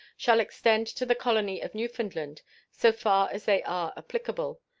shall extend to the colony of newfoundland so far as they are applicable.